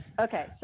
Okay